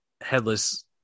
headless